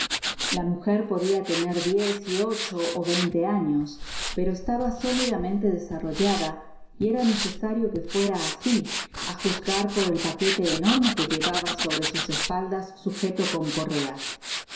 la mujer podia tener diez y ocho ó vointe años pero estaba sólidamente desarrollada y era necesa content from google book search generated at rio que fuera asi á juzgar por el paquete enorme que llevaba sobre su espalda sujeto con correas